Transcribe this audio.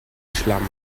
schlamm